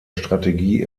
strategie